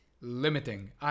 limiting